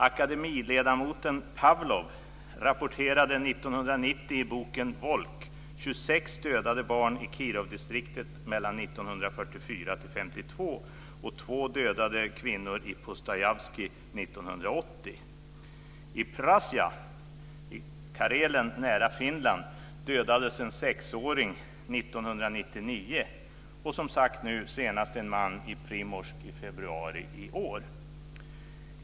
Akademiledamoten Pavlov rapporterade 1990 i boken Volk 26 I Prjasja i Karelen, nära Finland, dödades en sexåring 1999, och som sagt, nu senast en man i Primorsk i februari i år.